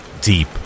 deep